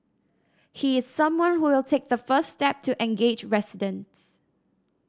he is someone who will take the first step to engage residents